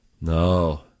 No